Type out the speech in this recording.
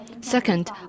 Second